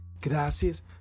Gracias